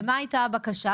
ומה הייתה הבקשה?